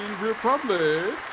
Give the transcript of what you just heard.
Republic